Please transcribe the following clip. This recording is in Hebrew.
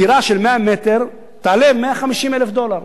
דירה של 100 מטר תעלה 150,000 דולר,